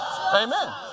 Amen